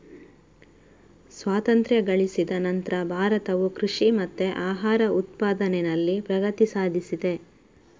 ಸ್ವಾತಂತ್ರ್ಯ ಗಳಿಸಿದ ನಂತ್ರ ಭಾರತವು ಕೃಷಿ ಮತ್ತೆ ಆಹಾರ ಉತ್ಪಾದನೆನಲ್ಲಿ ಪ್ರಗತಿ ಸಾಧಿಸಿದೆ